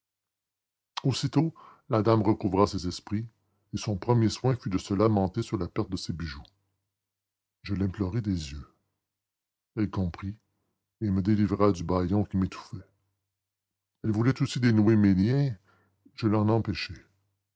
aussitôt la dame recouvra ses esprits et son premier soin fut de se lamenter sur la perte de ses bijoux je l'implorai des yeux elle comprit et me délivra du bâillon qui m'étouffait elle voulait aussi dénouer mes liens je l'en empêchai